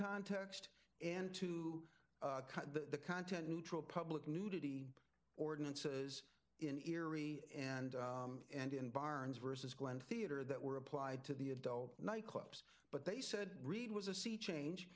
context and to the content neutral public nudity ordinances in erie and and in barns versus glenn theater that were applied to the adult nightclubs but they said reed was a sea change